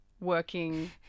working